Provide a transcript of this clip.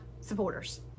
supporters